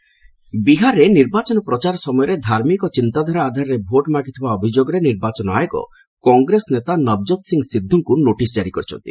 ED Sidhu ବିହାରରେ ନିର୍ବାଚନ ପ୍ରଚାର ସମୟରେ ଧାର୍ମିକ ଚିନ୍ତାଧାରା ଆଧାରରେ ଭୋଟ ମାଗିଥିବା ଅଭିଯୋଗରେ ନିର୍ବାଚନ ଆୟୋଗ କଂଗ୍ରେସ ନେତା ନବଜ୍ୟୋତ ସିଂ ସିଦ୍ଧୁଙ୍କୁ ନୋଟିସ ଜାରି କରିଛନ୍ତି